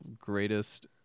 greatest